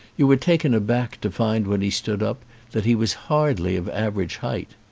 you were taken aback to find when he stood up that he was hardly of average height.